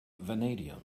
vanadium